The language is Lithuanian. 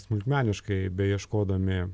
smulkmeniškai beieškodami